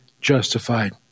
justified